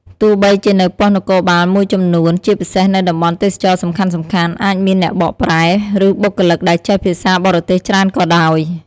ទោះបីជានៅប៉ុស្តិ៍នគរបាលមួយចំនួន ជាពិសេសនៅតំបន់ទេសចរណ៍សំខាន់ៗ អាចមានអ្នកបកប្រែ ឬបុគ្គលិកដែលចេះភាសាបរទេសច្រើនក៏ដោយ។